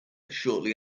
shortly